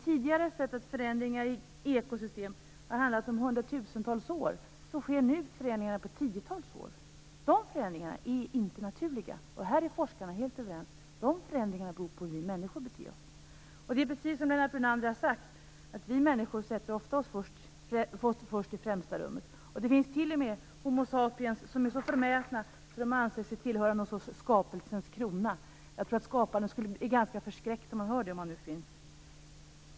Tidigare har vi sett att förändringar i ekosystem har handlat om 100 000-tals år. Nu sker förändringarna på 10-tals år. De förändringarna är inte naturliga. Forskarna är helt överens om att dessa förändringar beror på hur vi människor beter oss. Det är precis som Lennart Brunander har sagt att vi människor ofta sätter oss själva i främsta rummet. Det finns t.o.m. homo sapiens som är så förmätna att de anser sig tillhöra något slags skapelsens krona. Jag tror att skaparen skulle bli ganska förskräckt om han hör det, och om han nu finns.